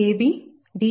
74 m